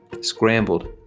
scrambled